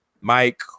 Mike